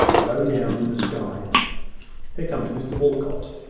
low down in the sky here comes mr walcot.